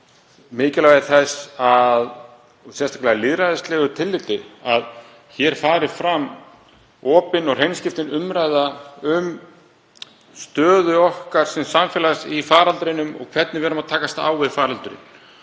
mikilvægi þess, sérstaklega í lýðræðislegu tilliti, að hér fari fram opin og hreinskiptin umræða um stöðu okkar sem samfélags í faraldrinum og hvernig við tökumst á við faraldurinn.